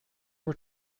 were